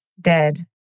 dead